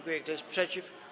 Kto jest przeciw?